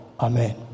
Amen